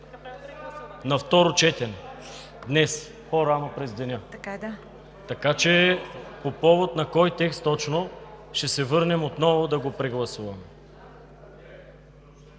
на второ четене днес по-рано през деня. Така че по повод на кой текст точно ще се върнем отново да го прегласуваме?